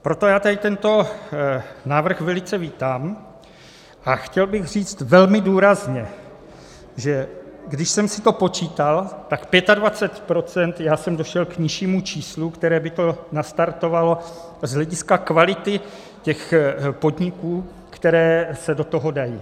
Proto já tady tento návrh velice vítám a chtěl bych říct velmi důrazně, že když jsem si to počítal, tak 25 %, já jsem došel k nižšímu číslu, které by to nastartovalo z hlediska kvality těch podniků, které se do toho dají.